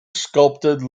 sculpted